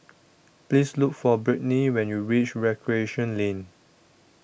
Please Look For Britni when YOU REACH Recreation Lane